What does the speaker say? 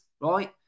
right